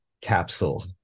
capsule